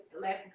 Last